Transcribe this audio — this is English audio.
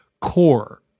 core